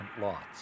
lots